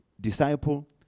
disciple